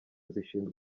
zishinzwe